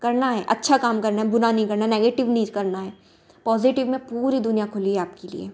करना है अच्छा काम करना बुरा नहीं करना नेगेटिव नहीं करना है पॉज़ीटिव में पूरी दुनिया खुली है आपके लिए